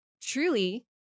truly